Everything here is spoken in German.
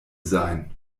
sein